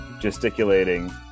gesticulating